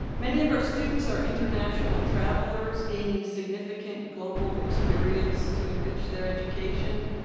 many of our students are international travelers gaining significant global experience to enrich their education.